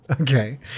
Okay